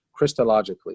Christologically